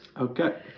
okay